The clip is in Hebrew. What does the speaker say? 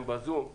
הם בזום,